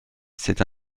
c’est